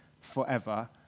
forever